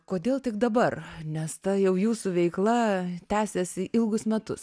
kodėl tik dabar nes ta jau jūsų veikla tęsiasi ilgus metus